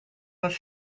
was